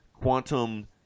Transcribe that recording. quantum